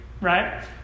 right